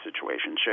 situation